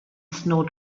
snow